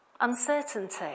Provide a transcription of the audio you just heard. uncertainty